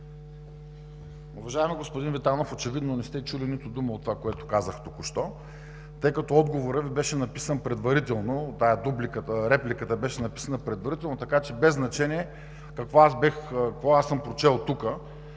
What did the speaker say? Уважаеми господин Витанов, очевидно не сте чули нито дума от това, което казах току-що, тъй като отговорът Ви беше написан предварително – репликата беше написана предварително, така че без значение какво аз съм прочел тук,